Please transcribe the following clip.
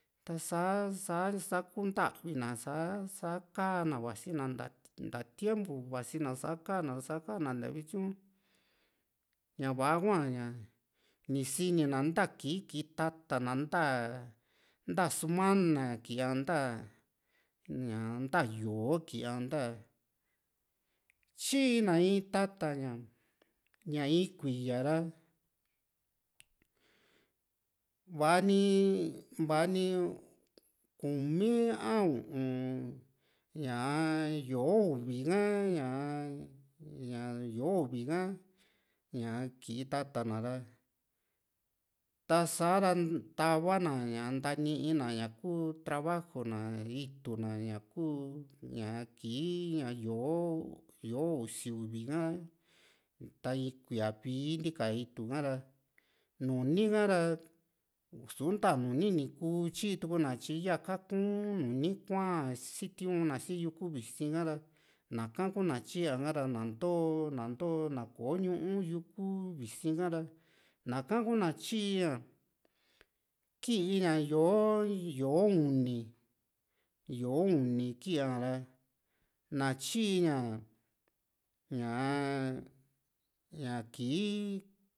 ta´sa sa kuu ntaavi na´sa sa kaa´na vasi na nta tiempu vasina sa kaana sakana nta vityu ña va´a hua ña ni sini na nta kii tata na nta nta sumana kii a nta ña nta yó´o kia nta tyiina in tata ña ña in kuí´ra va´ni va´ni kumi a u´un ñaa yó´o uvi ka ñaa ña yó´o uvi ha ñaa kii tatana ra tasa ra ta´va na ña ntanina ñaku trabajo na itu na ña kuu ñaa kii ña yó´o usi uvi ka ta in kuia vii ntika itu ka ra nuni ka´ra usu nta nuni nu kuu tyituuna tyi ya kaku´n nuni kua´n sitiuna si yuku visi ka´ra naka kuu na tyiaa ra na ntoo na nto na kò´o ñuu yuku visi´n ka´ra ñaka kuna tyi ña kii ña yó´o yó´o uni yó´o ini kii´a ra na tyiña ñaa ña kii